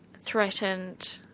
threatened,